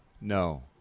No